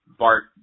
Bart